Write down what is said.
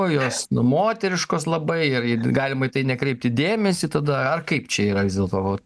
jos nu moteriškos labai ir ir galima į tai nekreipti dėmesį tada ar kaip čia yra vis dėlto vat